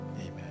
Amen